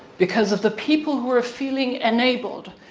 because of the people who are feeling enabled,